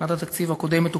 בשנת התקציב הקודמת,